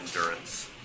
endurance